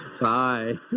Bye